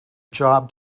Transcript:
job